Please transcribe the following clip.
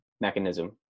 mechanism